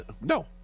No